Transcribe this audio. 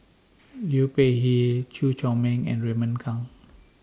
Liu Peihe Chew Chor Meng and Raymond Kang